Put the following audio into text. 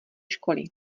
školy